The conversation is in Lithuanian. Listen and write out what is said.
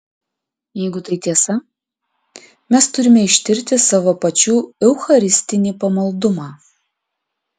jeigu tai tiesa mes turime ištirti savo pačių eucharistinį pamaldumą